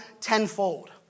tenfold